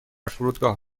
فرودگاه